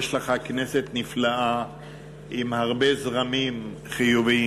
יש לך כנסת נפלאה עם הרבה זרמים חיוביים.